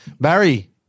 barry